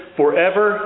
forever